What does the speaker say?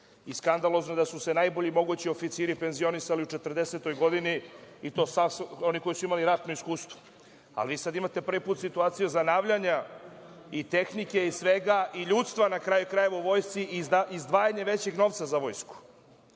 i skandalozna, da su se najbolji mogući oficiri penzionisali u 40-oj godini i to oni koji su imali ratno iskustvo, a vi sad imate prvi put situaciju zanavljanja i tehnike i svega i ljudstva, na kraju krajeva, u vojsci i izdvajanje većeg novca za vojsku. Prema